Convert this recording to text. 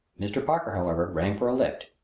mr. parker, however, rang for a lift,